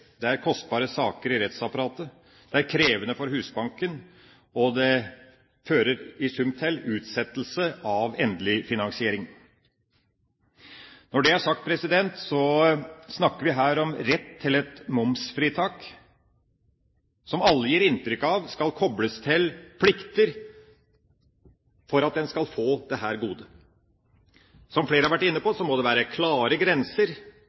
Det er kostbare saker i rettsapparatet. Det er krevende for Husbanken. Dette fører i sum til utsettelse av endelig finansiering. Når det er sagt, snakker vi her om rett til et momsfritak som alle gir inntrykk av skal kobles til plikter for at en skal få dette godet. Som flere har vært inne på, må det være klare grenser.